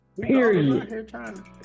Period